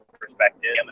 perspective